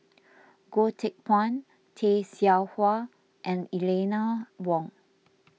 Goh Teck Phuan Tay Seow Huah and Eleanor Wong